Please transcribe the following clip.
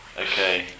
Okay